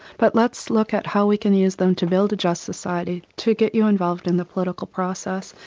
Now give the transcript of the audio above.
but let's look at how we can use them to build a just society, to get you involved in the political process,